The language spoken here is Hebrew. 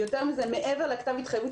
מעבר לכתב ההתחייבות,